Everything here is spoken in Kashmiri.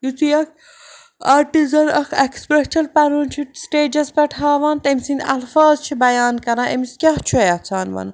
یُِتھُے اَکھ آرٹِزَن اَکھ ایٚکٕسپرٛشَن پَنُن چھُ سِٹیجَس پٮ۪ٹھ ہاوان تٔمۍ سٕنٛدۍ اَلفاظ چھِ بیان کَران أمِس کیٛاہ چھُ یَژھان وَنُن